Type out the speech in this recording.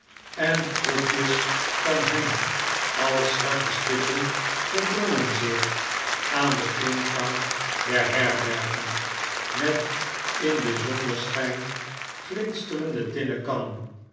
en groepjes van hen als zwarte stippen verdrongen zich aan den ingang der herbergen met in den zonneschijn glinsterende tinnen kannen